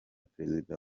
perezida